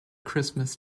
christmas